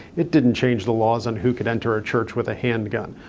it didn't change the laws on who could enter a church with a handgun.